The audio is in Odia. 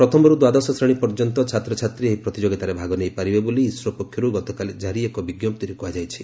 ପ୍ରଥମରୁ ଦ୍ୱାଦଶ ଶ୍ରେଣୀ ପର୍ଯ୍ୟନ୍ତ ଛାତ୍ରଛାତ୍ରୀ ଏହି ପ୍ରତିଯୋଗିତାରେ ଭାଗ ନେଇପାରିବେ ବୋଲି ଇସ୍ରୋ ପକ୍ଷରୁ ଗତକାଲି ଜାରୀ ଏକ ବିଞ୍ଜପ୍ତିରେ କୁହାଯାଇଛି